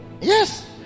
yes